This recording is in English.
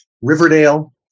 riverdale